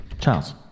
Charles